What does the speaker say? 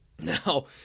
Now